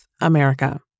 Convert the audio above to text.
America